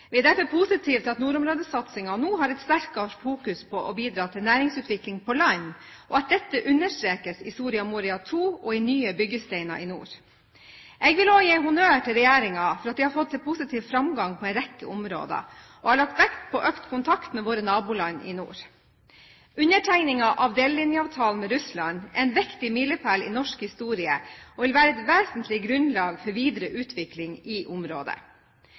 Vi er derfor positiv til at nordområdesatsingen nå har et sterkere fokus på å bidra til næringsutvikling på land, og at dette understrekes i Soria Moria II og i «Nye byggesteiner i nord». Jeg vil også gi honnør til regjeringen for at den har fått positiv framgang på en rekke områder og har lagt vekt på økt kontakt med våre naboland i nord. Undertegningen av delelinjeavtalen med Russland er en viktig milepæl i norsk historie og vil være et vesentlig grunnlag for videre utvikling i området.